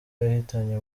yahitanye